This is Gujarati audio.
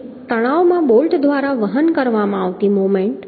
તેથી તણાવમાં બોલ્ટ દ્વારા વહન કરવામાં આવતી મોમેન્ટ